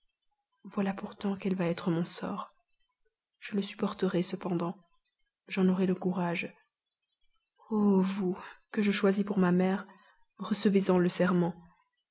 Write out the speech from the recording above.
voilà pourtant quel va être mon sort je le supporterai cependant j'en aurai le courage oh vous que je choisis pour ma mère recevez en le serment